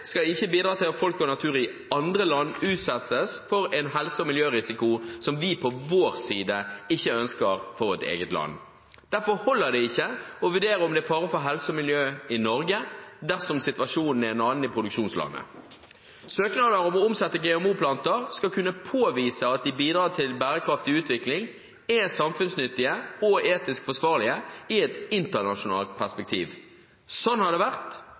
skal ikke bidra til at folk og natur i andre land utsettes for en helse- og miljørisiko som vi på vår side ikke ønsker for vårt eget land. Derfor holder det ikke å vurdere om det er fare for helse og miljø i Norge, dersom situasjonen er en annen i produksjonslandet. Søknader om å omsette GMO-planter skal kunne påvise at de bidrar til bærekraftig utvikling, er samfunnsnyttige og etisk forsvarlige i et internasjonalt perspektiv. Slik har det vært,